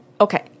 Okay